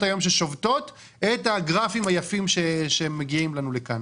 היום ששובתות את הגרפים היפים שמביאים לנו לכאן.